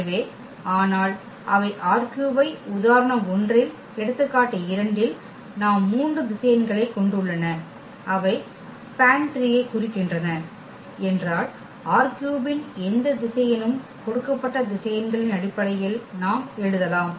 எனவே ஆனால் அவை R3 ஐ உதாரணம் 1 இல் எடுத்துக்காட்டு 2 இல் நாம் மூன்று திசையன்களைக் கொண்டுள்ளன அவை span3 ஐக் குறிக்கின்றன என்றால் ℝ3 இன் எந்த திசையனும் கொடுக்கப்பட்ட திசையன்களின் அடிப்படையில் நாம் எழுதலாம்